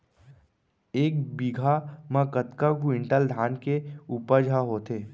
एक बीघा म कतका क्विंटल धान के उपज ह होथे?